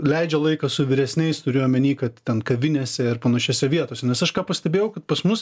leidžia laiką su vyresniais turiu omeny kad ten kavinėse ir panašiose vietose nes aš ką pastebėjau kad pas mus